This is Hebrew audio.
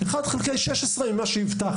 אחד חלקי-16 ממה שהבטיח